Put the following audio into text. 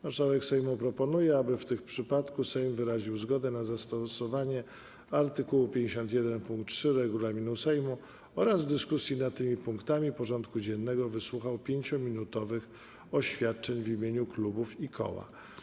Marszałek Sejmu proponuje, aby w tym przypadku Sejm wyraził zgodę na zastosowanie art. 51 pkt 3 regulaminu Sejmu oraz w dyskusji nad tymi punktami porządku dziennego wysłuchał 5-minutowych oświadczeń w imieniu klubów i koła.